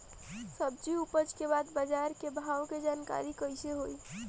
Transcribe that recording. सब्जी उपज के बाद बाजार के भाव के जानकारी कैसे होई?